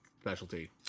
specialty